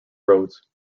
roads